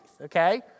okay